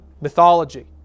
mythology